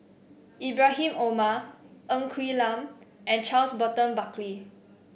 Ibrahim Omar Ng Quee Lam and Charles Burton Buckley